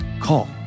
Call